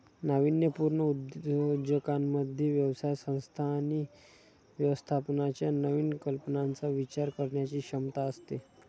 नाविन्यपूर्ण उद्योजकांमध्ये व्यवसाय संस्था आणि व्यवस्थापनाच्या नवीन कल्पनांचा विचार करण्याची क्षमता असते